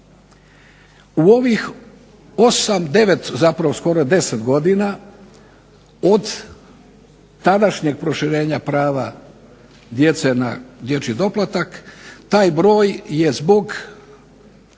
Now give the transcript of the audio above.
U ovih 8, 9 zapravo skoro 10 godina od tadašnjeg proširenja prava djece na dječji doplatak taj broj je zbog